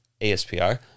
ASPR